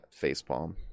facepalm